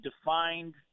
defined